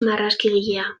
marrazkigilea